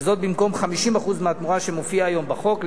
וזאת במקום 50% מהתמורה, כפי שמופיע היום בחוק.